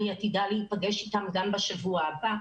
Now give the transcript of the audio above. אני עתידה להיפגש איתם גם בשבוע הבא,